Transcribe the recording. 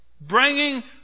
bringing